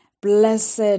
blessed